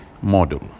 model